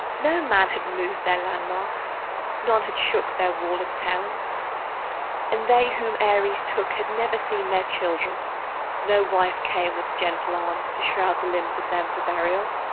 no man had moved their landmarks none had shook their walled towns and they whom ares took, had never seen their children no wife came with gentle arms to shroud the limbs of them for burial,